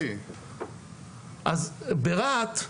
אז ברהט,